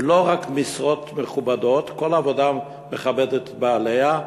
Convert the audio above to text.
ולא רק משרות מכובדות, כל עבודה מכבדת את בעליה,